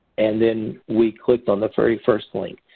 and then we clicked on the very first link.